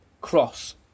cross